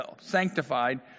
sanctified